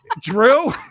Drew